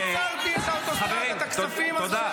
בשלטון המקומי, שהלכו לארגוני פשיעה וטרור.